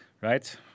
right